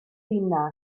ddinas